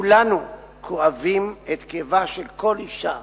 כולנו כואבים את כאבה של כל אשה